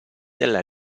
della